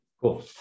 cool